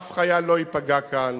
אף חייל לא ייפגע כאן.